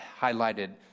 highlighted